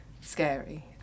scary